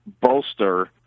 bolster